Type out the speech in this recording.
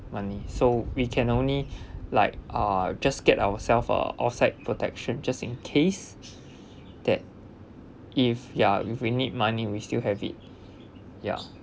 money so we can only like ah just get ourself a outside protection just in case that if ya if we need money we still have it ya